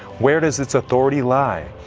where does its authority lie?